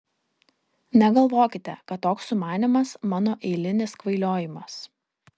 negalvokite kad toks sumanymas mano eilinis kvailiojimas